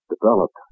developed